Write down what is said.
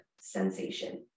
sensation